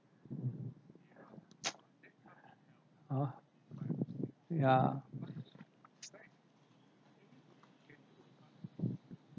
!huh! ya